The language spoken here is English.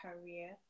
career